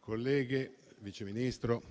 colleghe, Vice Ministro,